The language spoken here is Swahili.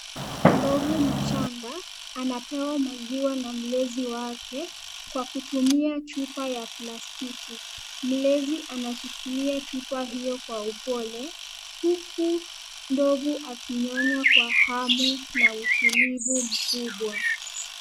Ndovu mchanga, anapewa maziwa na mlezi wake, kwa kutumia chupa ya plastiki. Mlezi anashikilia chupa hiyo kwa upole, huku ndovu akinyonya kwa hamu, na utulivu mkubwa.